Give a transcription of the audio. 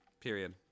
Period